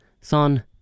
son